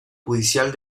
judicial